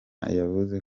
yavuze